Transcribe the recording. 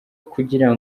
kugira